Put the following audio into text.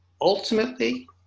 ultimately